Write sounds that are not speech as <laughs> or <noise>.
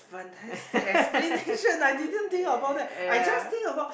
<laughs> ya